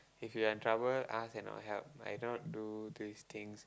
if you're in trouble ask and I'll help I do not do these things